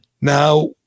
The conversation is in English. Now